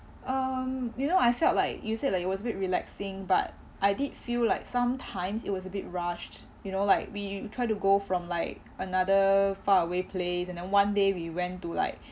um you know I felt like you said like it was a bit relaxing but I did feel like sometimes it was a bit rushed you know like we try to go from like another far away place and then one day we went to like